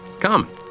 Come